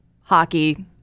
hockey